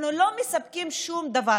אנחנו לא מספקים שום דבר.